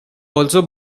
also